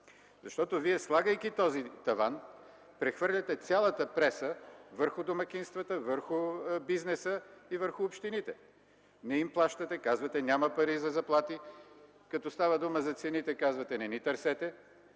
Защото Вие, слагайки този таван, прехвърляте цялата преса върху домакинствата, върху бизнеса и общините. Не им плащате. Казвате: „Няма пари за заплати”, а като става дума за цените, казвате: „Не ни търсете”.